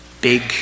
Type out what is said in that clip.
Big